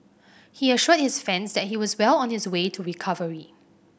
he assured his fans that he was well on his way to recovery